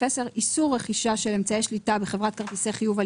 10 איסור רכישה של אמצעי שליטה בחברת כרטיסי חיוב על